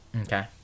Okay